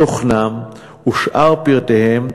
תוכנם ושאר פרטיהם,